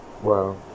Wow